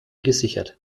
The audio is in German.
gesichert